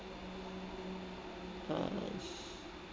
uh